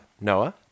Noah